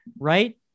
right